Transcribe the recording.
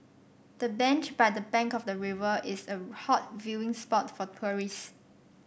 the bench by the bank of the river is a hot viewing spot for tourists